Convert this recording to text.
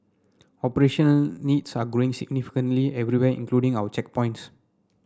operation needs are growing significantly everywhere including our checkpoints